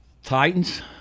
titans